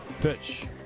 pitch